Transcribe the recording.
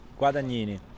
Guadagnini